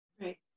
Right